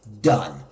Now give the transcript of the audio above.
done